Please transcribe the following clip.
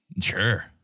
Sure